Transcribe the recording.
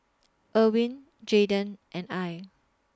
Ervin Jayden and Al